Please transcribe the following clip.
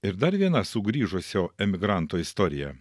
ir dar viena sugrįžusio emigranto istorija